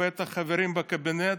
ובטח חברים בקבינט,